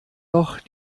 noch